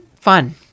fun